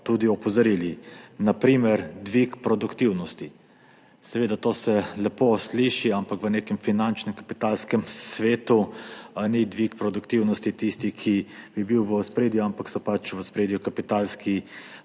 tudi opozorili. Na primer dvig produktivnosti. Seveda, to se lepo sliši, ampak v nekem finančnem kapitalskem svetu ni dvig produktivnosti tisti, ki bi bil v ospredju, ampak so v ospredju kapitalski